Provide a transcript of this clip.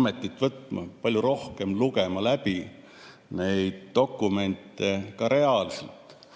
ametit võtma, palju rohkem neid dokumente ka reaalselt